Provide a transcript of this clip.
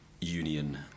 union